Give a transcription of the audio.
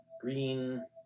green